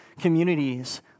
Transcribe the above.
communities